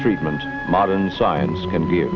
treatment modern science can